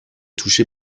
touché